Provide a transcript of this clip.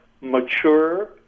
mature